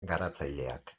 garatzaileak